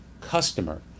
customer